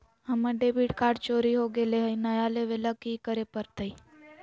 हमर debit card चोरी हो गेले हई, नया लेवे ल की करे पड़तई?